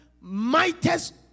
mightest